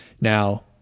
Now